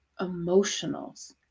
emotionals